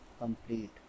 complete